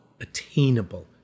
attainable